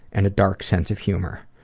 and a dark sense of humor.